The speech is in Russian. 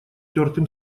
тёртым